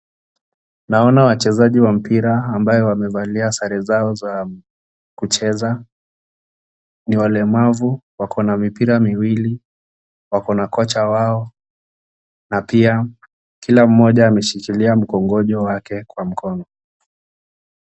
Naona wachezaji wa mpira ambayo wamevalia sare zao za kucheza. Ni walemavu, wako na mipira miwili, wako na kocha wao na pia kila mmoja ameshikilia mkongojo wake kwa mkono.